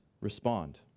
respond